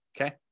okay